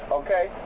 okay